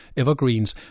evergreens